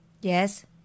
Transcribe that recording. Yes